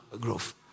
growth